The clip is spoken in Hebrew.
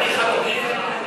אני חתום אתך,